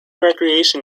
recreation